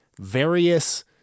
various